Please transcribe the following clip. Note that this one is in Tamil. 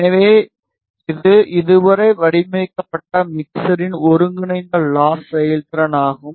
எனவே இது இதுவரை வடிவமைக்கப்பட்ட மிக்சரின் ஒருங்கிணைந்த லாஸ் செயல்திறன் ஆகும்